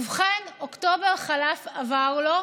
ובכן, אוקטובר חלף עבר לו,